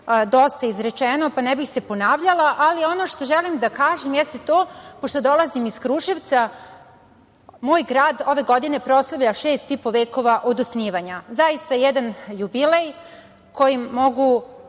dosta izrečeno, pa ne bih se ponavljala, ali ono što želim da kažem jeste to, pošto dolazim iz Kruševca, moj grad ove godine proslavlja šest i po vekova od osnivanja. Zaista, jedan jubilej kojim mogu